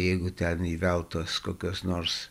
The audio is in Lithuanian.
jeigu ten įveltos kokios nors